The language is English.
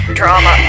drama